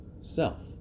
self